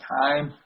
time